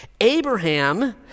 Abraham